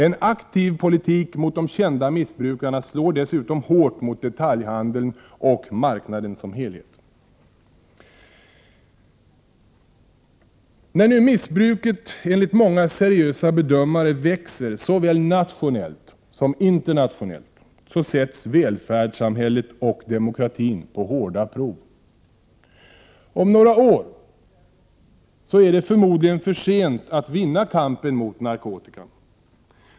En aktiv politik mot de kända missbrukarna slår dessutom hårt mot detaljhandeln och marknaden som helhet. När nu missbruket, enligt många seriösa bedömare, växer såväl nationellt som internationellt sätts välfärdssamhället och demokratin på hårda prov. Om några år är det förmodligen för sent att vinna kampen mot narkotikan.